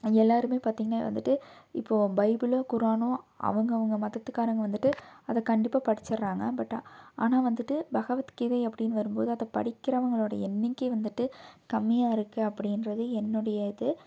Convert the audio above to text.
அங்கே எல்லோருமே பார்த்தீங்னா வந்துட்டு இப்போ பைபிளோ குரானோ அவுங்கவங்க மதத்துக்காரங்க வந்துட்டு அதை கண்டிப்பாக படிச்சிடுறாங்க பட் ஆனால் வந்துட்டு பகவத்கீதை அப்படின் வரும்போது அதை படிக்கிறவங்களோடய எண்ணிக்கை வந்துட்டு கம்மியாக இருக்குது அப்படின்றது என்னுடைய இது